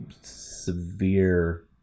severe